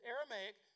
Aramaic